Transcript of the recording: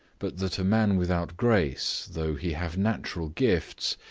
but that a man without grace, though he have natural gifts,